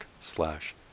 slash